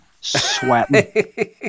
sweating